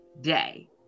day